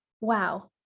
wow